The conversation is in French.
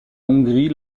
hongrie